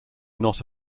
not